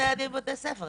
להכניס את הילדים לבית ספר,